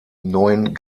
neuen